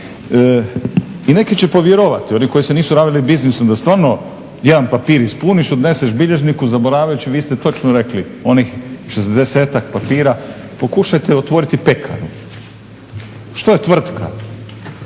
i neki će povjerovati, oni koji se nisu …/Ne razumije se./… biznisom da stvarno jedan papir ispuniš, odneseš bilježniku …/Ne razumije se./… vi ste točno rekli, onih 60-tak papira. Pokušajte otvoriti pekaru. Što je tvrtka,